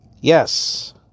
Yes